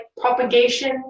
propagation